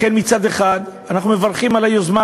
לכן, מצד אחד אנחנו מברכים על היוזמה.